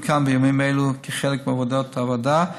מעודכן בימים אלו כחלק מעבודת הוועדה,